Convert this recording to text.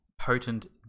Potent